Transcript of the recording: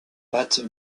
pattes